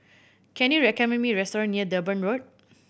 can you recommend me a restaurant near Durban Road